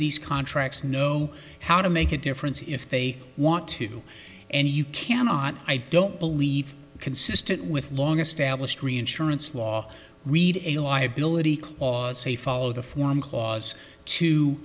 these contracts know how to make a difference if they want to and you cannot i don't believe consistent with long established reinsurance law read a liability clause say follow the form clause t